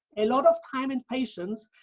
a lot of time and patience,